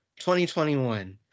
2021